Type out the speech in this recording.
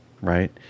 right